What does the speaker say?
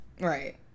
Right